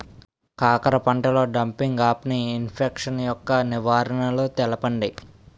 కాకర పంటలో డంపింగ్ఆఫ్ని ఇన్ఫెక్షన్ యెక్క నివారణలు తెలపండి?